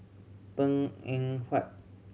Png Eng Huat